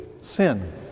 sin